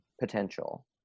potential